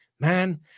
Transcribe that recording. man